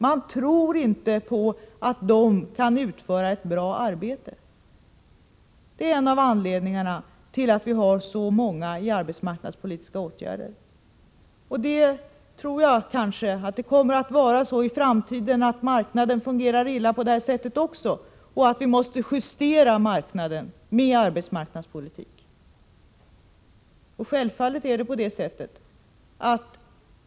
Man tror inte att de kan utföra ett bra arbete. Det är en av anledningarna till att så många är föremål för arbetsmarknadspolitiska åtgärder. Marknaden kan mycket väl fungera illa även i framtiden så att vi måste justera den genom arbetsmarknadspolitiken.